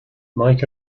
mike